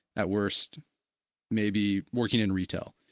at worst may be working in retail.